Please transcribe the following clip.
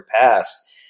past